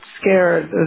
scared